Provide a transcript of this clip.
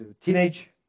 teenage